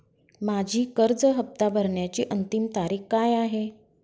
माझी कर्ज हफ्ता भरण्याची अंतिम तारीख काय आहे?